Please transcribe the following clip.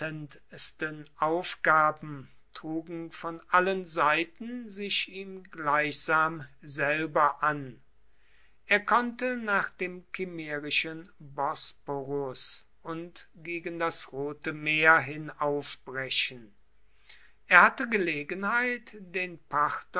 aufgaben trugen von allen seiten sich ihm gleichsam selber an er konnte nach dem kimmerischen bosporus und gegen das rote meer hin aufbrechen er hatte gelegenheit den parthern